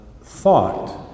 thought